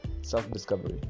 self-discovery